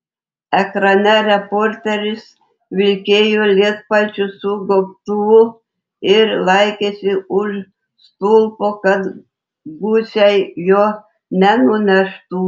ekrane reporteris vilkėjo lietpalčiu su gobtuvu ir laikėsi už stulpo kad gūsiai jo nenuneštų